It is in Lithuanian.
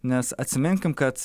nes atsiminkim kad